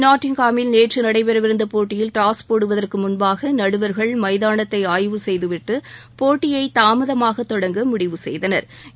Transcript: நாட்டிங்காமில் நேற்று நடைபெறவிருந்த போட்டியில் டாஸ் போடுவதற்கு முன்பாக நடுவர்கள் மைதானத்தை ஆய்வு செய்துவிட்டு போட்டியை தாமதமாக தொடங்க முடிவு செய்தனா்